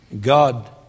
God